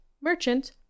merchant